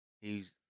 he's-